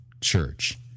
church